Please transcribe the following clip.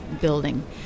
building